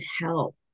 help